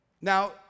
Now